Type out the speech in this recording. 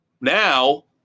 Now